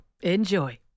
Enjoy